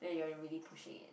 eh you're really pushing it